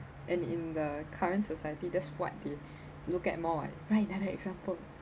and in the current society that's what they look at more right then an example